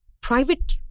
private